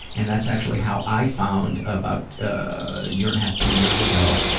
and that's actually how i found, about a year and a half, two years ago,